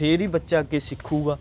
ਫੇਰ ਹੀ ਬੱਚਾ ਅੱਗੇ ਸਿੱਖੇਗਾ